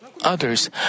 others